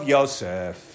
Yosef